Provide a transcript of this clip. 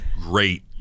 great